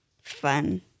Fun